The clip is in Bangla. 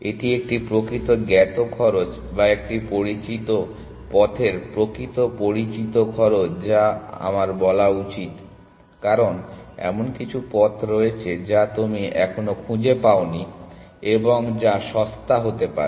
এটি একটি প্রকৃত জ্ঞাত খরচ বা একটি পরিচিত পথের প্রকৃত পরিচিত খরচ যা আমার বলা উচিত কারণ এমন কিছু পথ রয়েছে যা তুমি এখনও খুঁজে পাওনি এবং যা সস্তা হতে পারে